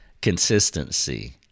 consistency